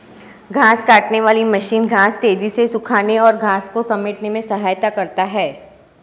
घांस काटने वाली मशीन घांस तेज़ी से सूखाने और घांस को समेटने में सहायता करता है